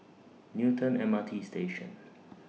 Newton M R T Station